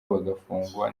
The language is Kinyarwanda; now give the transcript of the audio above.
bagafungwa